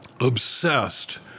obsessed